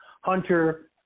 Hunter